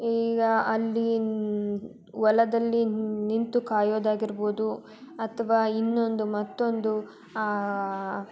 ಈಗ ಅಲ್ಲಿ ಹೊಲದಲ್ಲಿ ನಿಂತು ಕಾಯೋದಾಗಿರ್ಬೌದು ಅಥವಾ ಇನ್ನೊಂದು ಮತ್ತೊಂದು